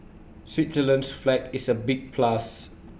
Switzerland's flag is A big plus